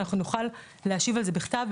אנחנו נוכל להשיב על זה בכתב,